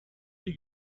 die